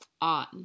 on